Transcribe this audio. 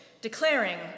declaring